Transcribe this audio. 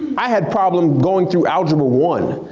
i had problems going through algebra one,